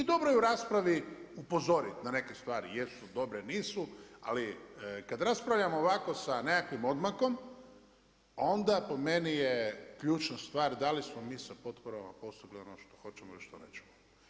I dobro je u raspravi upozoriti na neke stvari jesu dobre, nisu, ali kada raspravljamo ovako sa nekakvim odmakom onda po meni je ključna stvar da li smo mi sa potporama postigli ono što hoćemo ili što nećemo.